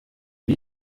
die